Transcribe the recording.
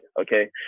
okay